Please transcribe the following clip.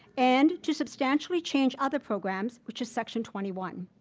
and to substantially change other programs which is section twenty one.